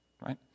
right